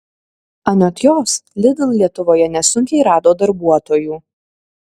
anot jos lidl lietuvoje nesunkiai rado darbuotojų